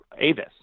Avis